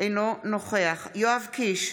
אינו נוכח יואב קיש,